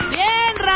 Bien